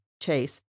chase